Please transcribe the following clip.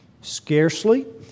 Scarcely